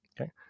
okay